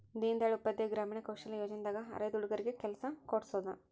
ದೀನ್ ದಯಾಳ್ ಉಪಾಧ್ಯಾಯ ಗ್ರಾಮೀಣ ಕೌಶಲ್ಯ ಯೋಜನೆ ದಾಗ ಅರೆದ ಹುಡಗರಿಗೆ ಕೆಲ್ಸ ಕೋಡ್ಸೋದ